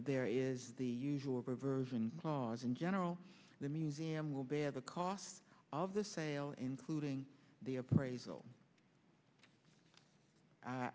there is the usual reversion because in general the museum will bear the cost of the sale including the appraisal